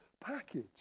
package